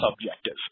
subjective